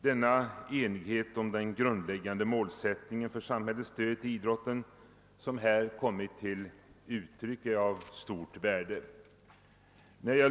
Denna enighet om den grundläggande målsättningen för samhällets stöd till idrotten, som här kommit till uttryck, är av stort värde.